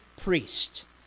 priest